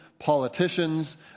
politicians